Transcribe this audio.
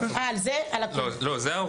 לא, זה על הסעיף הזה.